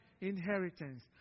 inheritance